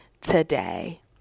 today